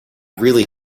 really